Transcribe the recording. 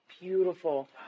beautiful